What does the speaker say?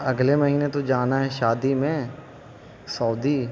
اگلے مہینے تو جانا ہے شادی میں سعودی